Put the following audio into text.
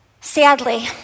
Sadly